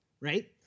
right